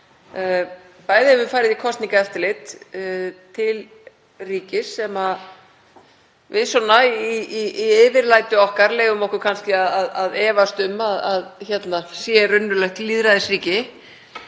bæði hefur farið í kosningaeftirlit til ríkis sem við svona í yfirlæti okkar leyfum okkur kannski að efast um að sé raunverulegt lýðræðisríki